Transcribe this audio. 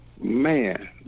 Man